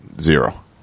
zero